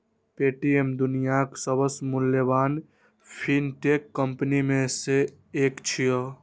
Paytm दुनियाक सबसं मूल्यवान फिनटेक कंपनी मे सं एक छियै